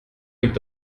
liegt